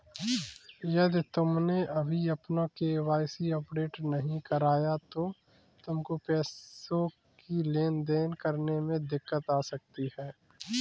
यदि तुमने अभी अपना के.वाई.सी अपडेट नहीं करवाया तो तुमको पैसों की लेन देन करने में दिक्कत आ सकती है